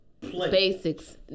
basics